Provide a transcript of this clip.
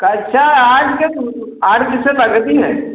कक्षा आठ के तो आठ विषय हैं